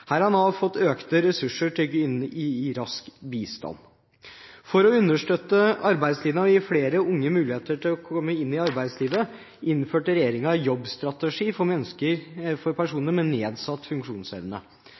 Her har Nav fått økte ressurser til å gi rask bistand. For å understøtte arbeidslinja og gi flere unge muligheter til å komme inn i arbeidslivet innførte regjeringen Jobbstrategi for